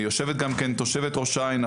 יושבת כאן תושבת ראש העין.